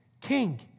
King